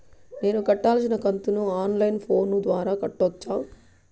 నేను కట్టాల్సిన కంతును ఆన్ లైను ఫోను ద్వారా కట్టొచ్చా?